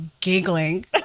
giggling